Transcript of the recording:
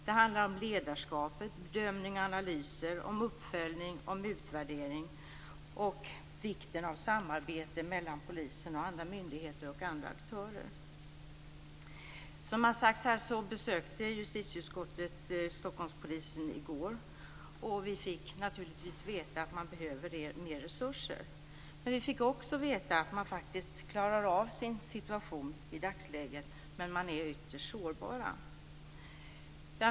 Det handlar om ledarskap, bedömning och analys, om uppföljning, utvärdering och vikten av samarbete mellan polisen, andra myndigheter och andra aktörer. Som har sagts här besökte justitieutskottet Stockholmspolisen i går. Vi fick naturligtvis veta att man behöver mer resurser. Men vi fick också veta att man faktiskt klarar av sin situation i dagsläget, men att man är ytterst sårbar.